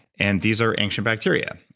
and these are ancient bacteria,